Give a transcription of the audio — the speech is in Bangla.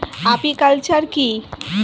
আপিকালচার কি?